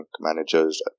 managers